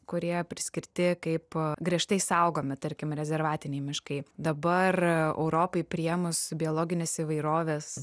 kurie priskirti kaip griežtai saugomi tarkim rezervatiniai miškai dabar europai priėmus biologinės įvairovės